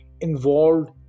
involved